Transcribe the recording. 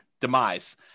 demise